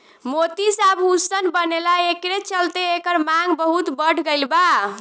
मोती से आभूषण बनेला एकरे चलते एकर मांग बहुत बढ़ गईल बा